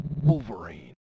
Wolverine